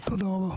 תודה רבה.